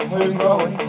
Homegrown